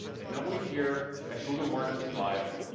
and now, we're here at google marketing live,